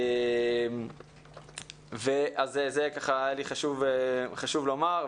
היה לי חשוב לומר.